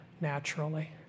naturally